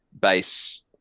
base